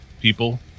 people